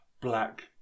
black